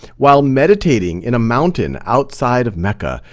while meditating in a mountain outside of mecca,